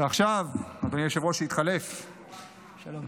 ועכשיו, אדוני היושב-ראש שהתחלף -- שלום.